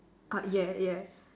got yeah yeah